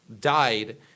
died